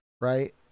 right